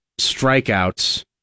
strikeouts